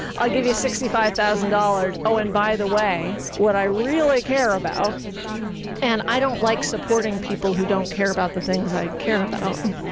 i'll give you sixty five thousand dollars, oh and by the way what i really care about and i don't like supporting people who don't care about the things i care about.